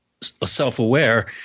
self-aware